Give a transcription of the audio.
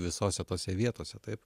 visose tose vietose taip